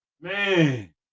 man